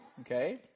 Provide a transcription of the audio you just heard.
okay